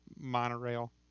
monorail